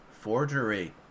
forgery